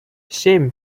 семь